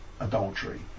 Adultery